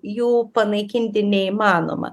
jų panaikinti neįmanoma